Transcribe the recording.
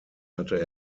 hatte